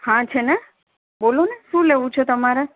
હા છેને બોલોને શું લેવું છે તમારે